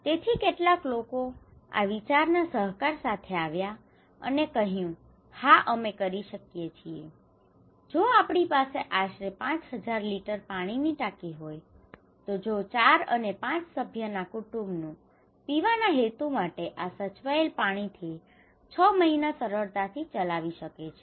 તેથી કેટલાક લોકો આ વિચારના સહકાર સાથે આવ્યા અને કહ્યું હા અમે કરી શકીએ છીએ જો આપણી પાસે આશરે 5000 લિટર પાણીની ટાંકી હોય તો જો 4 અને 5 સભ્યોના કુટુંબનું પીવાના હેતુ માટે આ સાચવેલ પાણીથી 6 મહિના સરળતાથી ચલાવી શકે છે